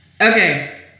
Okay